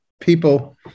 people